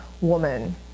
woman